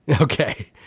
Okay